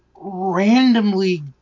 randomly